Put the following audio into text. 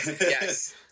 Yes